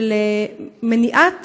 של מניעת